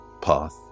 path